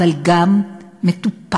אבל גם מטופש.